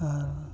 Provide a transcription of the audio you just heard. ᱟᱨ